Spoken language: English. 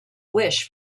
wish